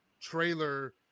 trailer